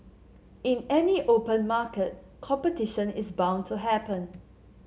in any open market competition is bound to happen